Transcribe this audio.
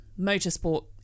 motorsport